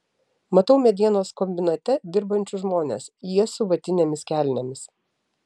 matau medienos kombinate dirbančius žmones jie su vatinėmis kelnėmis